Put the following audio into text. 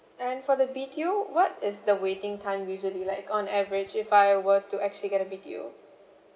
and for the B_T_O what is the waiting time usually like on average if I were to actually get a B_T_O